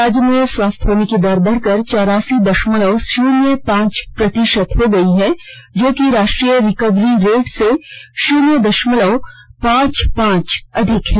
राज्य में स्वस्थ होने की दर बढ़कर चौरासी दशमलव शन्य पांच प्रतिशत हो गई है जो कि राष्ट्रीय रिकवरी रेट से शन्य दशमलव पांच पांच अधिक है